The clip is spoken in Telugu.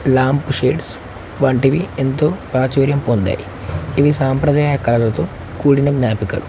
లాంప్ షేడ్స్ వంటివి ఎంతో ప్రచుర్యం పొందాయి ఇవి సాంప్రదాయ కళలతో కూడిన జ్ఞాపికలు